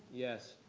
yes?